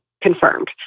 confirmed